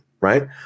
right